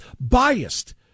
biased